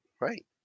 Right